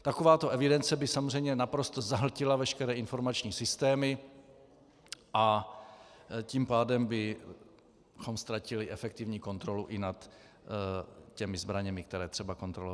Takováto evidence by samozřejmě naprosto zahltila veškeré informační systémy, a tím pádem bychom ztratili efektivní kontrolu i nad těmi zbraněmi, které třeba kontrolovat je.